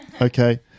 Okay